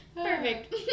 Perfect